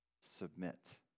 submit